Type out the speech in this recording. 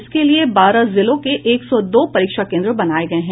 इसके लिए बारह जिलों के एक सौ दो परीक्षा केन्द्र बनाये गये हैं